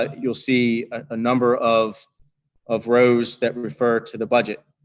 ah you'll see a number of of rows that refer to the budget.